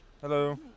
Hello